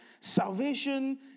Salvation